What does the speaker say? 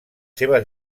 seves